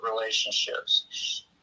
relationships